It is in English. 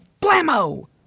blammo